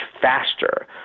faster